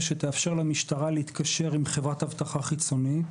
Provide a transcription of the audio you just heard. שתאפשר למשטרה להתקשר עם חברה אבטחה חיצונית,